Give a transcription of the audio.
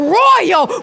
royal